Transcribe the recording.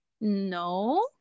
No